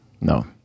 no